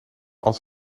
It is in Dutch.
als